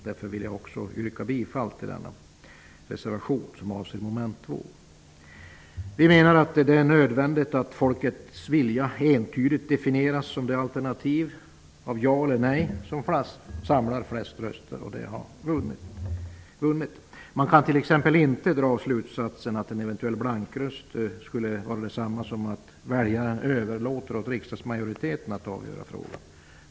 Därför vill jag också yrka bifall till denna reservation som avser mom. 2. Vi menar att det är nödvändigt att folkets vilja entydigt definieras som det ja-alternativ eller det nej-alternativ som samlar flest röster och som vinner. Man kan t.ex. inte dra slutsatsen att en eventuell blankröst skulle vara detsamma som att väljaren överlåter åt riksdagsmajoriteten att avgöra frågan.